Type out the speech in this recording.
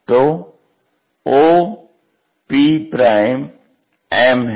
तो o p m है